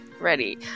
Ready